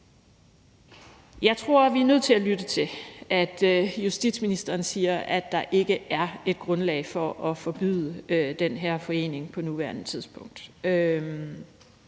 Jeg tror, vi er nødt til at lytte til, at justitsministeren siger, at der ikke er et grundlag for at forbyde den her forening på nuværende tidspunkt.